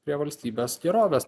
prie valstybės gerovės